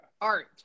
art